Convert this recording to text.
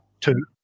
two